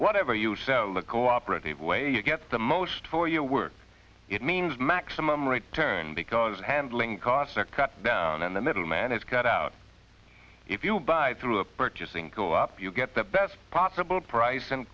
whatever you sell the cooperative way you get the most for your work it means maximum return because handling costs are cut down and the middleman is cut out if you buy through a purchasing call up you get the best possible pric